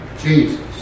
Jesus